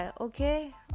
okay